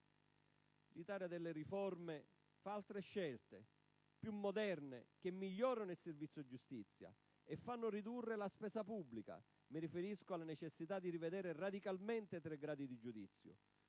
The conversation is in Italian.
L'Italia delle riforme fa altre scelte, più moderne, che migliorano il servizio giustizia e fanno ridurre la spesa pubblica. Mi riferisco alla necessità di rivedere radicalmente i tre gradi di giudizio.